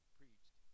preached